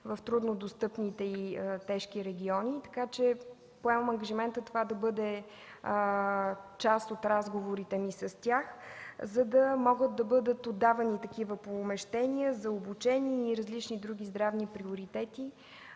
в труднодостъпните и тежки региони. Поемам ангажимента това да бъде част от разговорите ни с тях, за да могат да бъдат отдавани такива помещения за обучение и различни други здравни приоритети